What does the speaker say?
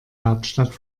hauptstadt